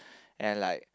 and like